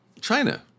China